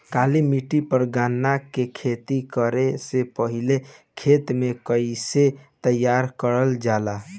काली मिट्टी पर गन्ना के खेती करे से पहले खेत के कइसे तैयार करल जाला?